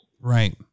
Right